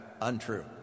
untrue